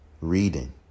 reading